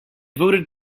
voted